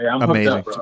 Amazing